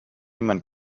niemand